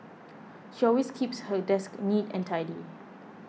she always keeps her desk neat and tidy